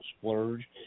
splurge